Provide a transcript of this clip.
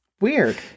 weird